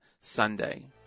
Sunday